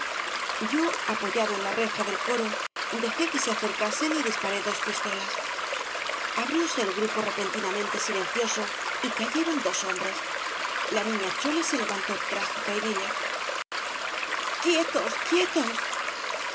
yo apoyado en la reja del coro dejé que se acercasen y disparé mis t obras de valle inclan dos pistolas abrióse el grupo repentinamente silencioso y cayeron dos hombres la niña chole se levantó trágica y bella quietos quietos